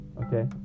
okay